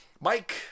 mike